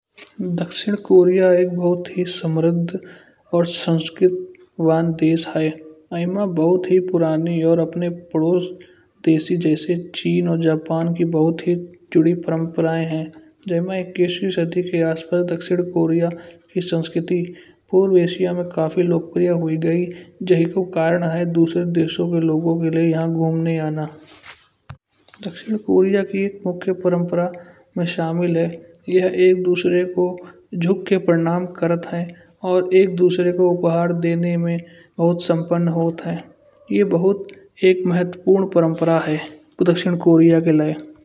दक्षिण कोरिया एक बहुत ही समृद्ध और संस्कृतवान देश है। इमा बहुत ही पुरानी और अपने पड़ोस देशी जैसे चीन और जापान की बहुत ही जुड़ी परंपराएं हैं। जय मन इक्कीसवीं सदी के आसपास दक्षिण कोरिया की संस्कृति पूर्व एशिया में काफी लोकप्रिय हुई गई। जायको कारण आए दूसरे देशों के लोगों के लिए यहां घूमने आना। दक्षिणकोरिया की मुख्य परंपरा में शामिल है यह एक दूसरे को झुक के परिणाम करत है। और एक दूसरे को उपहार देने में बहुत सम्पन्न होत है। ये बहुत एक महत्वपूर्ण परंपरा है दक्षिणकोरिया के लिए।